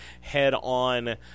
head-on